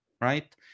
right